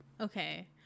okay